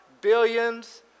billions